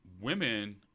women